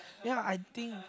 ya I think